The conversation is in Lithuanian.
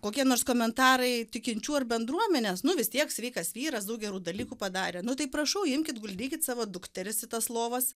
kokie nors komentarai tikinčių ar bendruomenės nu vis tiek sveikas vyras daug gerų dalykų padarė nu tai prašau imkit guldykit savo dukteris į tas lovas